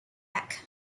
act